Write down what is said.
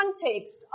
context